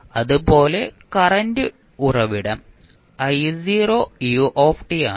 അതുപോലെ കറന്റ് ഉറവിടം ആണ്